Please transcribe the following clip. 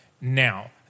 Now